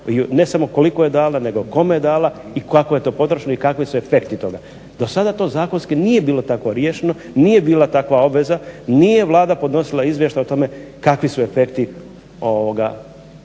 ne samo koliko je dala, nego kome je dala i kako je to potrošeno i kakvi su efekti toga. Do sada to zakonski nije bilo tako riješeno, nije bila takva obveza, nije Vlada podnosila izvještaj o tome kakvi su efekti